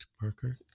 Parker